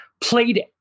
played